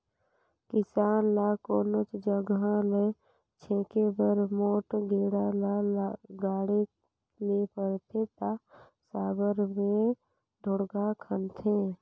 किसान ल कोनोच जगहा ल छेके बर मोट गेड़ा ल गाड़े ले परथे ता साबर मे ढोड़गा खनथे